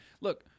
Look